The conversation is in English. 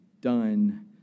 done